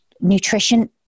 nutrition